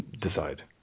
decide